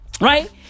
right